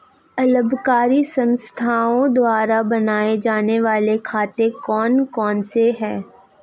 अलाभकारी संस्थाओं द्वारा बनाए जाने वाले खाते कौन कौनसे हैं?